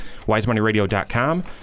wisemoneyradio.com